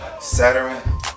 saturn